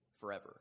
forever